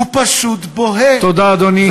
הוא פשוט בוהה, תודה, אדוני.